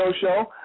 Show